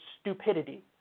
stupidity